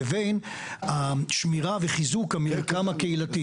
לבין השמירה וחיזוק המרקם הקהילתי?